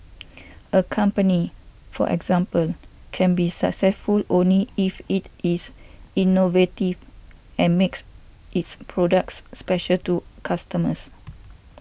a company for example can be successful only if it is innovative and makes its products special to customers